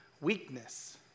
Weakness